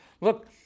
look